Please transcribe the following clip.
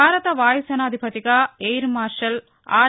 భారత వాయుసేనాధిపతిగా air marshal are